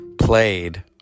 played